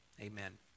amen